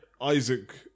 Isaac